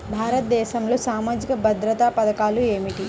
భారతదేశంలో సామాజిక భద్రతా పథకాలు ఏమిటీ?